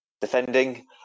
defending